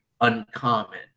uncommon